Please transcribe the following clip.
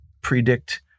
predict